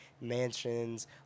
mansions